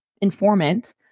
informant